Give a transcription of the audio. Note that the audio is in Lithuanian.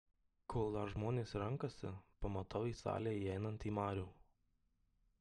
kol dar žmonės renkasi pamatau į salę įeinantį marių